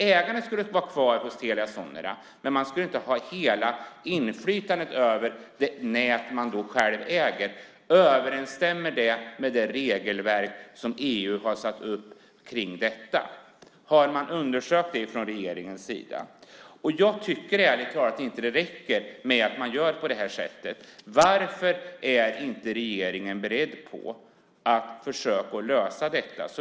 Ägandet ska vara kvar hos Telia Sonera, men man ska inte ha hela inflytandet över det nät man själv äger. Överensstämmer det med det regelverk som EU har satt upp om detta? Har regeringen undersökt detta? Det räcker inte med att göra så. Varför är inte regeringen beredd att försöka lösa detta?